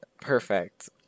perfect